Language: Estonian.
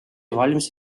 valmis